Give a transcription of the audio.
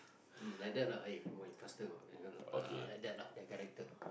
mm like that lah eh keep going faster ah like that lah the character